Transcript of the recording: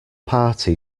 party